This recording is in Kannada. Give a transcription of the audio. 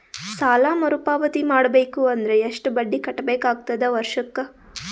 ಸಾಲಾ ಮರು ಪಾವತಿ ಮಾಡಬೇಕು ಅಂದ್ರ ಎಷ್ಟ ಬಡ್ಡಿ ಕಟ್ಟಬೇಕಾಗತದ ವರ್ಷಕ್ಕ?